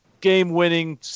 game-winning